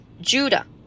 judah